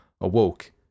awoke